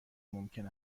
ممکن